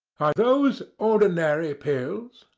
are those ordinary pills?